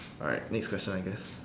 alright next question I guess